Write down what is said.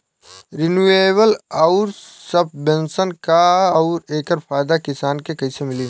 Renewable आउर subvention का ह आउर एकर फायदा किसान के कइसे मिली?